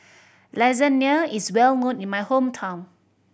lasagna is well known in my hometown